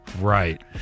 Right